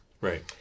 right